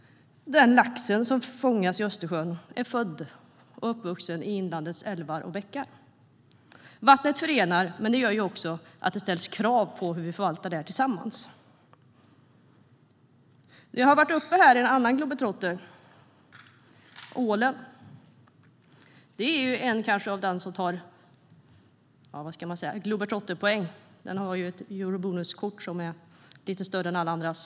Den lax som fångas i Östersjön är född och uppvuxen i inlandets älvar och bäckar. Vattnet förenar, men det gör också att det ställs krav på hur vi förvaltar detta tillsammans. En annan globetrotter har varit uppe här - ålen. Ålen tar nog globetrotterpriset med ett Eurobonuskort som är större än alla andras.